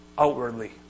Outwardly